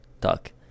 talk